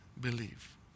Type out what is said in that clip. believe